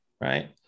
Right